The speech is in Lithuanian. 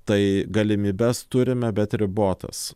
tai galimybes turime bet ribotas